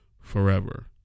forever